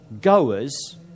goers